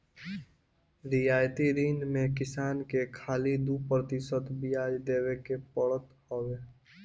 रियायती ऋण में किसान के खाली दू प्रतिशत बियाज देवे के पड़त हवे